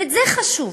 וזה חשוב.